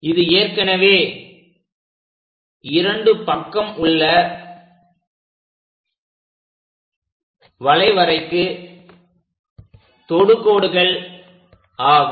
இது ஏற்கனவே இரண்டு பக்கம் உள்ள வளைவரைக்கு தொடுகோடுகள் ஆகும்